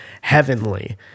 heavenly